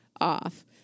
off